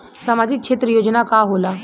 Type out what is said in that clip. सामाजिक क्षेत्र योजना का होला?